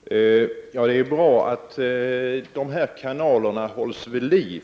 Herr talman! Det är bra att de här kanalerna hålls vid liv.